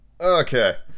okay